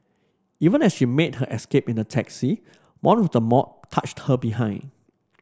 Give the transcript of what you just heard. even as she made her escape in a taxi one of the mob touched her behind